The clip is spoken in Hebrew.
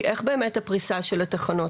איך באמת הפריסה של התחנות?